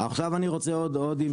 עכשיו אני רוצה עוד אינפורמציה.